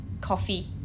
coffee